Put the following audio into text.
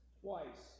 twice